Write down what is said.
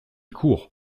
court